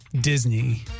Disney